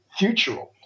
futural